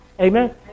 Amen